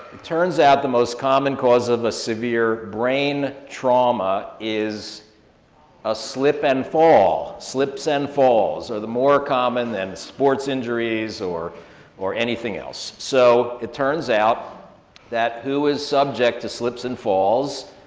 it turns out the most common cause of a severe brain trauma is a slip and fall. slips and falls are more common than sports injuries or or anything else. so it turns out that who is subject to slips and falls?